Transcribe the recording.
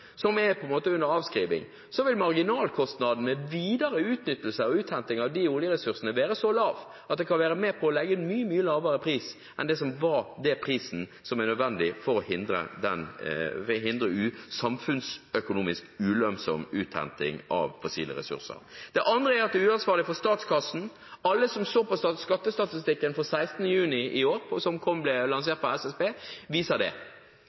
som på en måte er under avskriving, vil marginalkostnadene ved videre utnyttelse og uthenting av de oljeressursene være så lave at det kan være med på å sette en mye, mye lavere pris enn den prisen som er nødvendig for å hindre samfunnsøkonomisk ulønnsom uthenting av fossile ressurser. Det andre er at det er uansvarlig med tanke på statskassen. Alle som så på skattestatistikken for 18. januar i år, som ble lansert av SSB, så at den viser 50 pst. fall i petroleumsskatten, etter at det